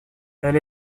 elle